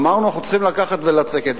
אמרנו, אנחנו צריכים לקחת ולצקת.